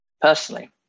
personally